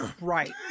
Right